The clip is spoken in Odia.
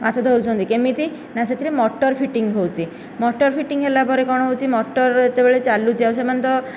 ମାଛ ଧରୁଛନ୍ତି କେମିତି ନା ସେଥିରେ ମଟର ଫିଟିଙ୍ଗ ହେଉଛି ମଟର ଫିଟିଙ୍ଗ ହେଲା ପରେ କ'ଣ ହେଉଛି ମଟର ଯେତେବେଳେ ଚାଲୁଛି ସେମାନେ ତ